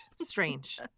strange